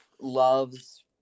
loves